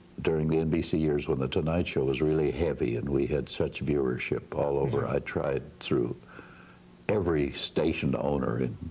during the nbc years when the tonight show was really heavy and we had such viewership all over, i tried through every station owner in